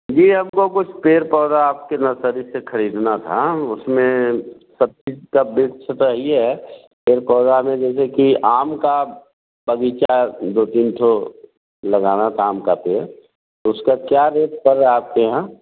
जी हमको कुछ पेड़ पौधा आपके नर्सरी से खरीदना था उसमें पच्चीस छब्बीस सौ चाहिए है पेड़ पौधा में जैसे कि आम का बगीचा दो तीन ठो लगाना था आम का पेड़ तो उसका क्या रेट पड़ रहा है आपके यहाँ